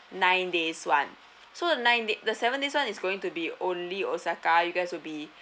nine days [one] so the nine day the seven days [one] is going to be only osaka you guys will be